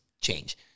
change